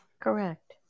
Correct